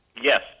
Yes